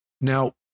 Now